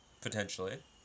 potentially